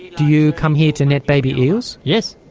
do you come here to net baby eels? yes.